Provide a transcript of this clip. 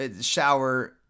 shower